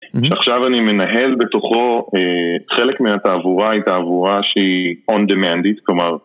שעכשיו אני מנהל בתוכו, חלק מהתעבורה היא תעבורה שהיא on-demand-ית, כלומר...